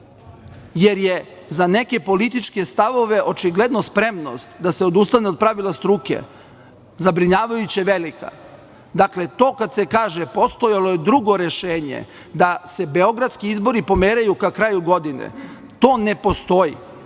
jer je za neke političke stavove očigledno spremnost da se odustane od pravila struke zabrinjavajuće velika. Dakle, to kada se kaže - postojalo je drugo rešenje da se beogradski izbori pomeraju ka kraju godine, to ne postoji.